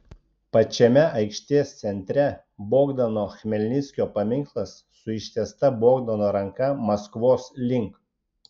pačiame aikštės centre bogdano chmelnickio paminklas su ištiesta bogdano ranka maskvos link